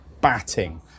batting